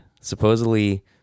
supposedly